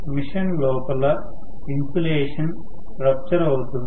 machine లోపల insulation rupture అవుతుంది